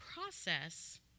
process